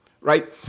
Right